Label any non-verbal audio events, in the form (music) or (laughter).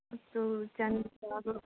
ꯑꯗꯨ (unintelligible)